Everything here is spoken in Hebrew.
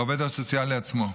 בעובד הסוציאלי עצמו.